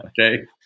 okay